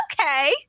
okay